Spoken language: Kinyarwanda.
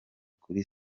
kuri